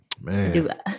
Man